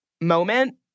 moment